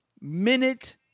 minute